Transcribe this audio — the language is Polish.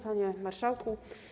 Panie Marszałku!